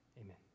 Amen